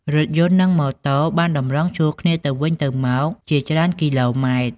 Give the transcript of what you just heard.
រថយន្តនឹងម៉ូតូបានតម្រង់ជួរគ្នាទៅវិញទៅមកជាច្រើនគីឡូម៉ែត្រ។